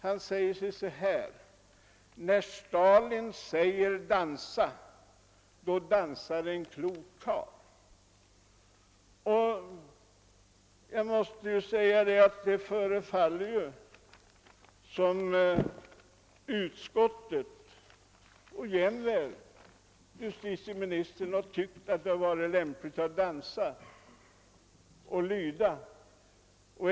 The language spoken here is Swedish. Han skriver att »när Stalin säger dansa, dansar en klok karl». Det förefaller som om utskottet tyckt att det varit lämpligt att dansa och lyda.